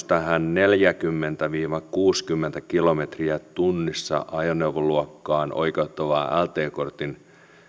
tähän neljäkymmentä viiva kuusikymmentä kilometriä tunnissa ajoneuvoluokkaan oikeuttavaan lt kortin